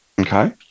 Okay